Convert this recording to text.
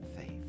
faith